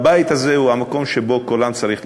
הבית הזה הוא המקום שבו קולם צריך להישמע.